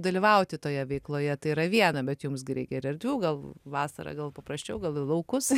dalyvauti toje veikloje tai yra viena bet jums gi reikia ir erdvių gal vasarą gal paprasčiau gal į laukus